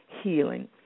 healing